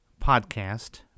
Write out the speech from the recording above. podcast